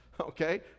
okay